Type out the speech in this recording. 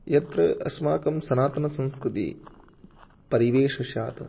यत्र अस्माकं सनातनसंस्कृतिः परिवेषः स्यात्